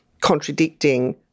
contradicting